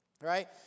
Right